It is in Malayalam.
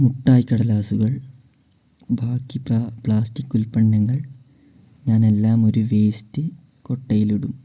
മിഠായി കടലാസുകൾ ബാക്കി പ്ലാസ്റ്റിക് ഉൽപ്പന്നങ്ങൾ ഞാനെല്ലാമൊര് വേസ്റ്റ് കൊട്ടയിലിടും